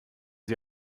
sie